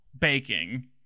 baking